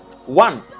One